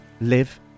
live